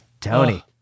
Tony